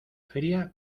fría